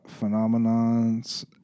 phenomenons